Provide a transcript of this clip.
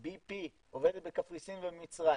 BP עובדת בקפריסין ובמצרים.